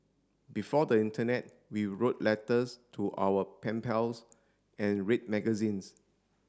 before the Internet we wrote letters to our pen pals and read magazines